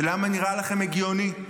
ולמה נראה לכם הגיוני?